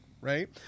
right